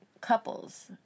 couples